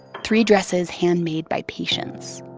three dresses handmade by patients